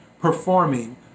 Performing